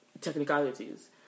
technicalities